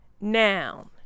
noun